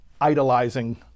idolizing